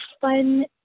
fun